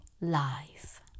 life